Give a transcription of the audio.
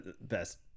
best